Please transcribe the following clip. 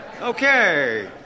Okay